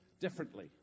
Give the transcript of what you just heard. differently